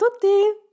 tutti